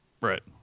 Right